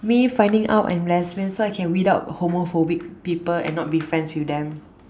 me finding out I'm lesbian so I can weed out homophobic people and not be friends with them